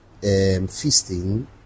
feasting